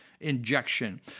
injection